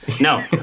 No